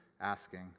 asking